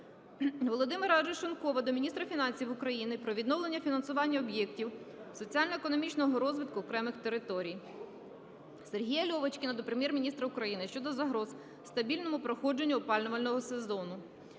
Володимира Арешонкова до міністра фінансів України про відновлення фінансування об'єктів соціально-економічного розвитку окремих територій. Сергія Льовочкіна до Прем'єр-міністра України щодо загроз стабільному проходженню опалювального сезону.